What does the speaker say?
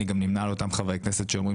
אני גם נמנה על אותם חברי כנסת שאומרים